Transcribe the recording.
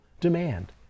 demand